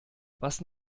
was